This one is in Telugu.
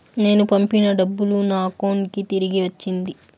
నేను పంపిన డబ్బులు నా అకౌంటు కి తిరిగి వచ్చింది